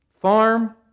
farm